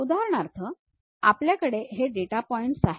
उदाहरणार्थ आपल्याकडे हे डेटा पॉइंट आहेत